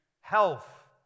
health